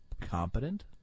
competent